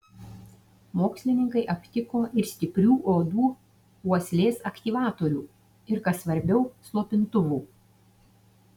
mokslininkai aptiko ir stiprių uodų uoslės aktyvatorių ir kas svarbiau slopintuvų